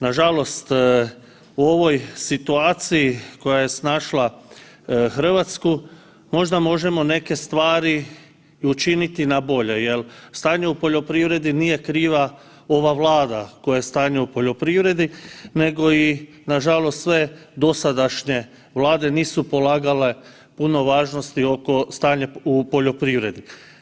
Nažalost u ovoj situaciji koja je snašla Hrvatsku možda možemo neke stvari i učiniti na bolje jer stanju u poljoprivredi nije kriva ova Vlada koje je stanje u poljoprivredi nego i nažalost sve dosadašnje vlade nisu polagale puno važnosti oko stanja u poljoprivredi.